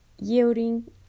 Yielding